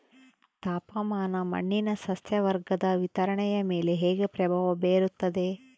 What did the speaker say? ತಾಪಮಾನ ಮಣ್ಣಿನ ಸಸ್ಯವರ್ಗದ ವಿತರಣೆಯ ಮೇಲೆ ಹೇಗೆ ಪ್ರಭಾವ ಬೇರುತ್ತದೆ?